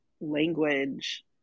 language